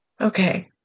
okay